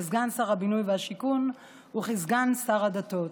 כסגן שר הבינוי והשיכון וכסגן שר הדתות.